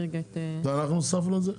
זה אנחנו הוספנו את זה?